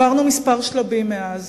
עברנו כמה שלבים מאז: